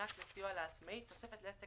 בתנאים לקבלת המענק או התוספת ולשם תשלום